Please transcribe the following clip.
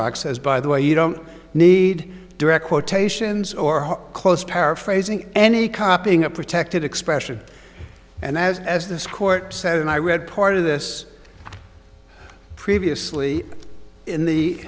rock says by the way you don't need direct quotations or close paraphrasing any copying a protected expression and as as this court said and i read part of this previously in the